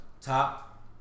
top